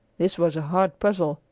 this was a hard puzzle,